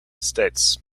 states